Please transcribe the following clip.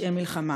ופשעי מלחמה.